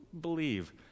Believe